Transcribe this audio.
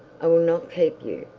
i will not keep you,